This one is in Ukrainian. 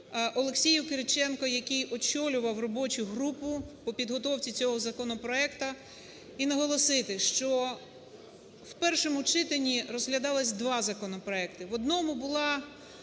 Олексію Кириченку, який очолював робочу групу по підготовці цього законопроекту і наголосити, що в першому читанні розглядалося два законопроекти. В одному була